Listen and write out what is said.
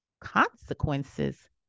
consequences